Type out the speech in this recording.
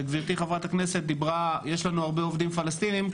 וגברתי חברת הכנסת דיברה על כך שיש לנו הרבה עובדים פלסטינים,